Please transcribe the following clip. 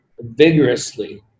vigorously